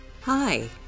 Hi